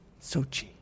Sochi